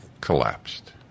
collapsed